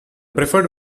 preferred